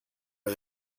are